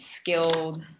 skilled